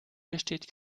besteht